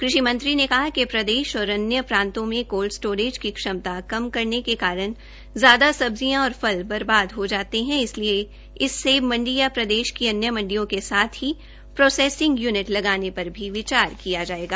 कृषि मंत्री ने कहा कि प्रदेश और अन्य प्रांतों में कॉल्ड स्टोरेज की क्षमता कम होने के कारण ज्यादातर सब्जियां और फल बर्बाद हो जाते हैं इसलिए इस सेब मंडी या प्रदेश की अन्य मंडियों के साथ ही प्रोसैसिंग यूनिट लगाने पर भी विचार किया जाएगा